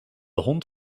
hond